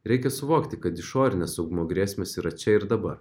reikia suvokti kad išorinės saugumo grėsmės yra čia ir dabar